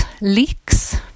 leaks